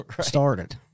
started